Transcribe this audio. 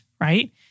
right